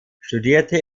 studierte